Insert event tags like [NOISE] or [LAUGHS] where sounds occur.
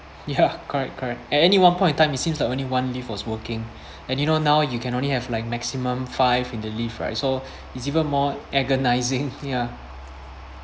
ya [LAUGHS] correct correct at any one point of time it seems like only one lift was working [BREATH] and you know now you can only have like maximum five in the lift right so [BREATH] it's even more agonising [LAUGHS] ya